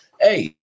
Hey